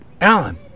Alan